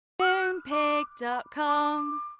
Moonpig.com